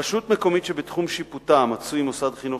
רשות מקומית שבתחום שיפוטה מצוי מוסד חינוך